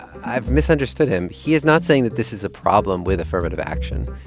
i've misunderstood him. he is not saying that this is a problem with affirmative action.